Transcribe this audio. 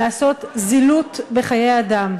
לעשות זילות של חיי אדם.